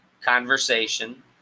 conversation